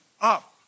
up